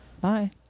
Bye